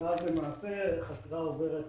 החקירה עוברת